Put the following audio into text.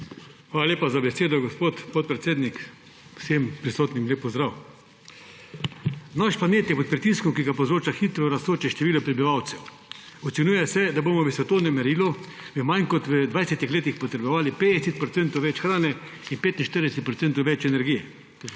Hvala lepa za besedo, gospod podpredsednik. Vsem prisotnim, lep pozdrav! Naš planet je pod pritiskom, ki ga povzroča hitro rastoče število prebivalcev. Ocenjuje se, da bomo v svetovnem merilu v manj kot v 20 letih potrebovali 50 procentov več hrane in 45 procentov več energije.